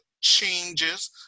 changes